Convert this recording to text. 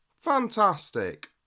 Fantastic